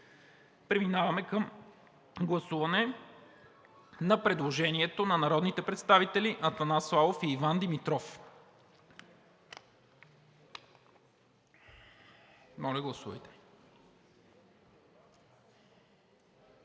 Преминаваме към гласуване на предложението на народните представители Атанас Славов и Иван Димитров. Гласували